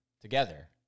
together